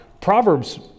Proverbs